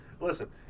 listen